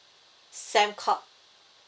Sembcorp